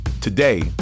Today